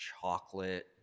chocolate